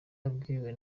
wabwiwe